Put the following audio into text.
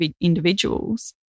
individuals